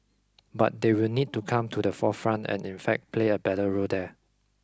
but they will need to come to the forefront and in fact play a better role there